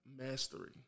mastery